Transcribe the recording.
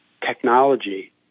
technology